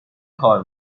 کار